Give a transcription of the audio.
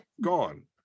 gone